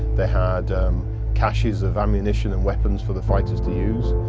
they had caches of ammunition and weapons for the fighters to use.